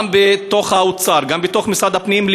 גם בתוך משרד האוצר גם בתוך משרד הפנים,